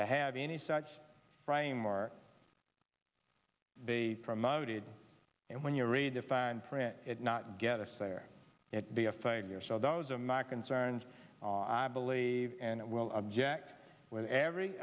to have any such frame are they promoted and when you read the fine print it's not get us there it be a five year so those are my concerns i believe and it will object with every